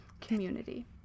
community